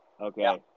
Okay